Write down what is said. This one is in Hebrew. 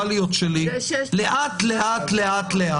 מלכתחילה.